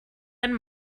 and